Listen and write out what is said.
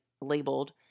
labeled